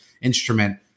instrument